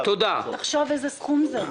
תחשוב איזה סכום זה.